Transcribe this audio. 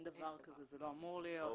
אין דבר כזה וזה לא אמור להיות.